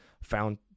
found